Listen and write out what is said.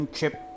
Chip